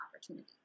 opportunity